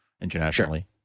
internationally